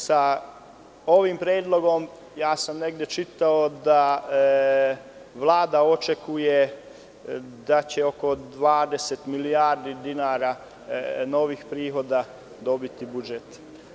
Sa ovim predlogom, negde sam čitao, Vlada očekuje da će oko 20 milijardi dinara novih prihoda dobiti budžet.